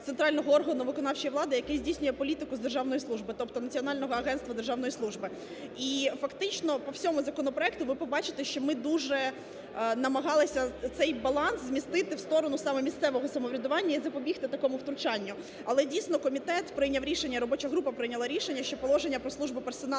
центрального органу виконавчої влади, який здійснює політику з державної служби, тобто Національного агентства державної служби. І фактично по всьому законопроекту ви побачите, що ми дуже намагалися цей баланс змістити в сторону саме місцевого самоврядування і запобігти такому втручанню. Але дійсно комітет прийняв рішення і робоча група прийняла рішення, що положення про службу персоналу